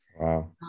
Wow